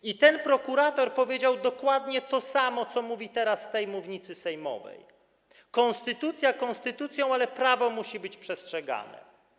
I ten prokurator powiedział dokładnie to samo, co mówi teraz z tej mównicy sejmowej: Konstytucja konstytucją, ale prawo musi być przestrzegane.